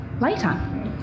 later